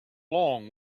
long